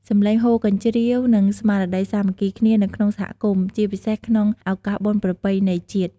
សំឡេងហ៊ោកញ្ជ្រៀវ និងស្មារតីសាមគ្គីគ្នានៅក្នុងសហគមន៍ ជាពិសេសក្នុងឱកាសបុណ្យប្រពៃណីជាតិ។